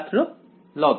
ছাত্র log